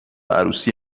عروسی